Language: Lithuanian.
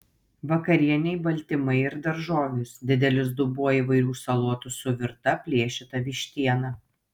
vakarienei baltymai ir daržovės didelis dubuo įvairių salotų su virta plėšyta vištiena